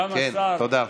כן, תודה.